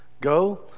Go